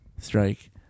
strike